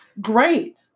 Great